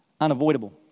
unavoidable